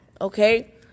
okay